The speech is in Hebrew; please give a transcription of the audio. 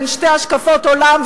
בין שתי השקפות עולם,